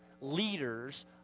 leaders